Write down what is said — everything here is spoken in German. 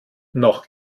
noch